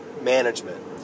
management